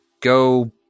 go